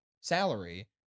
salary